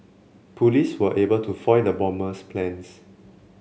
police were able to foil the bomber's plans